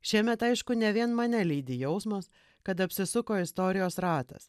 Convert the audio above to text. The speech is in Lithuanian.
šiemet aišku ne vien mane lydi jausmas kad apsisuko istorijos ratas